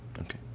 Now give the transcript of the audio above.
Okay